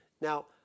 Now